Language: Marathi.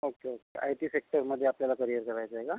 ओके ओक् आय टी सेक्टरमध्ये आपल्याला करिअर करायचं आहे का